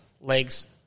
legs